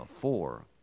Four